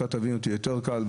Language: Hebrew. אתה תבין אותי יותר בקלות,